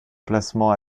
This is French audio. placement